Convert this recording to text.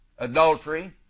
adultery